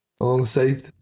Alongside